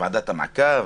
ועדת המעקב.